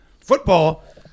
Football